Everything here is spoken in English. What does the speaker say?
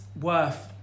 worth